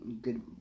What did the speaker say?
good